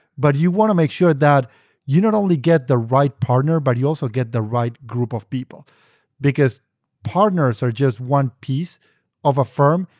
but you want to make sure that you not only get the right partner, but you also get the right group of people because partners are just one piece of a firm,